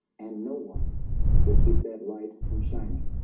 and no one will keep that light from shining